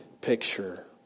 picture